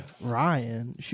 Ryan